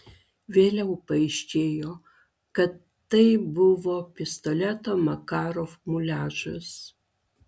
vėliau paaiškėjo kad tai buvo pistoleto makarov muliažas